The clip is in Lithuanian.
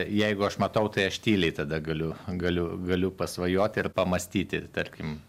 jeigu aš matau tai aš tyliai tada galiu galiu galiu pasvajot ir pamąstyti tarkim